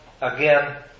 again